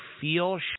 feel